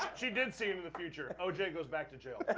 she did see into the future. oj goes back to jail.